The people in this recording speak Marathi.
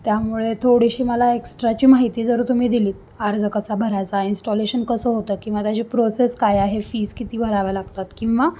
त्यामुळे थोडीशी मला एक्स्ट्राची माहिती जर तुम्ही दिलीत अर्ज कसा भरायचा इन्स्टॉलेशन कसं होतं किंवा त्याचे प्रोसेस काय आहे फीज किती भराव्या लागतात किंवा